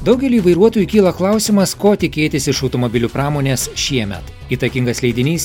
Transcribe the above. daugeliui vairuotojų kyla klausimas ko tikėtis iš automobilių pramonės šiemet įtakingas leidinys